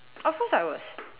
of course I was